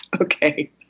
Okay